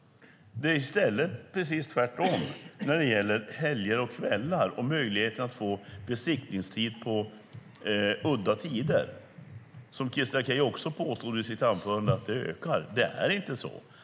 Men det är precis tvärtom när det gäller helger och kvällar och möjligheten att få besiktningstid på udda tider. Christer Akej påstod i sitt anförande att denna möjlighet ökar, men det är inte så.